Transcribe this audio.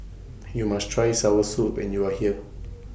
YOU must Try Soursop when YOU Are here